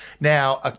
Now